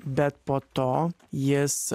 bet po to jis